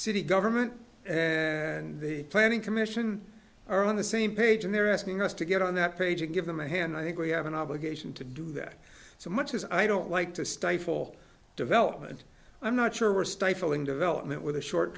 city government and the planning commission are on the same page and they're asking us to get on that page and give them a hand i think we have an obligation to do that so much as i don't like to stifle development i'm not sure we're stifling development with a short